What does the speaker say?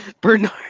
Bernard